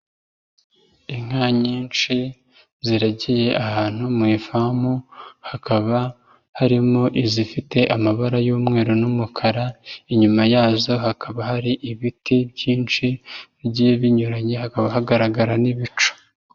Inka nyinshi ziragiye ahantu mu ifamu hakaba harimo izifite amabara y'umweru n'umukara, inyuma yazo hakaba hari ibiti byinshi bigiye binyuranye, hakaba hagaragara n'ibicu.